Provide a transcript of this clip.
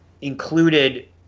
included